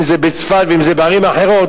אם זה בצפת ואם זה בערים אחרות,